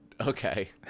okay